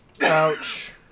Ouch